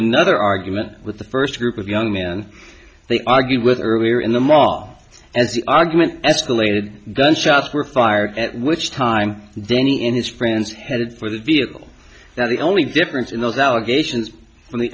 another argument with the first group of young men they argued with earlier in the mall as the argument escalated gun shots were fired at which time then he in his friends headed for the vehicle that the only difference in those allegations and the